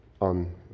on